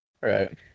right